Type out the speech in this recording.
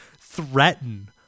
threaten